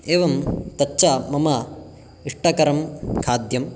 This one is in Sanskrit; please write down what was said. एवं तच्च मम इष्टकरं खाद्यम्